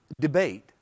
debate